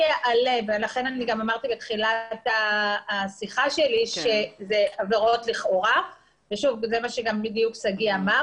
אמרתי בתחילת השיחה שלי שאלה עבירות לכאורה וזה מה שגם שגיא אמר.